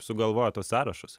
sugalvojo tos sąrašus